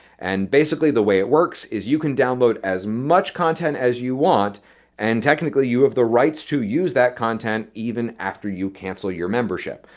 and basically, the way it works is you can download as much content as you want and technically you have the rights to use that content even after you cancel your membership.